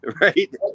Right